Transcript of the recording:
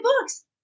books